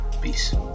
Peace